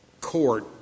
court